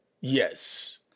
Yes